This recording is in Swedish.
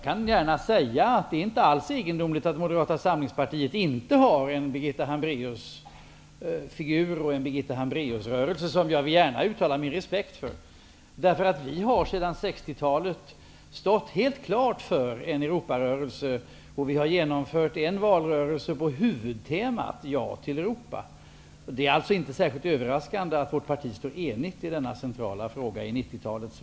Det är inte alls egendomligt att Moderata samlingspartiet inte har en Birgitta Hambraeusfigur och en Birgitta Hambraues-rörelse, vilken jag gärna vill uttala min respekt för. Vi har sedan 60 talet helt klart stått för en Europarörelse, och vi har genomfört en valrörelse på huvudtemat Ja till Europa. Det är alltså inte särskilt överraskande att vårt parti står enigt i denna centrala fråga i 90-talets